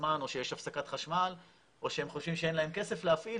הזמן או שיש הפסקת חשמל או שהם חושבים שאין להם כסף להפעיל,